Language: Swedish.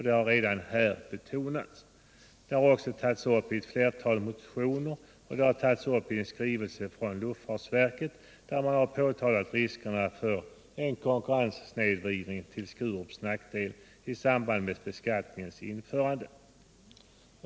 Denna fråga har också tagits upp i ett flertal motioner till årets riksdag. Även luftfartsverket har påtalat riskerna för en konkurrenssnedvridning till Sturups nackdel i samband med beskattningens införande.